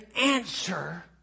answer